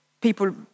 people